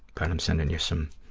but i'm sending you some